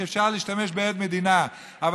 תשים את מדינת ישראל,